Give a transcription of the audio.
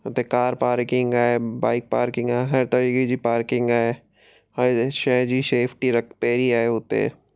हुते car parking आहे bike parking आहे हर तरीक़े जी पार्किंग आहे हर शइ जी शेफ़्टी रख पहिरीं आहे उते